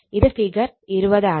ഇത് ഫിഗർ 20 ആണ്